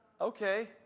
Okay